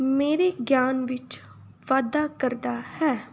ਮੇਰੇ ਗਿਆਨ ਵਿੱਚ ਵਾਧਾ ਕਰਦਾ ਹੈ